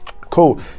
Cool